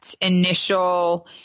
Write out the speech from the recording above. initial